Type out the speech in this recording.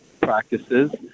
practices